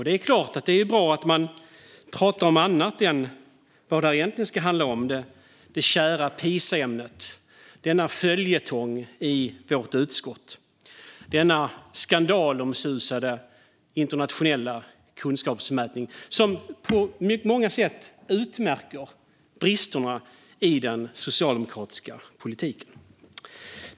Det är klart - det är ju bra att prata om annat än vad detta egentligen ska handla om, nämligen det kära ämnet Pisa, denna följetong i vårt utskott, denna skandalomsusade internationella kunskapsmätning, som på många sätt utmärker bristerna i den socialdemokratiska politiken.